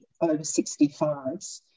over-65s